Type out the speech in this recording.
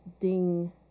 ding